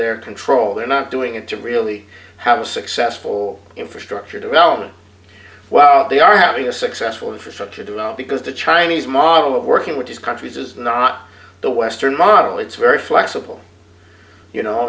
their control they're not doing it to really have a successful infrastructure development well they are having a successful infrastructure develop because the chinese model of working with these countries is not the western model it's very flexible you know